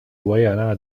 维也纳